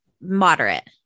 moderate